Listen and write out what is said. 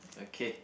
okay